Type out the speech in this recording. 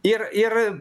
ir ir